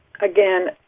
again